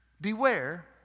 Beware